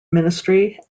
ministry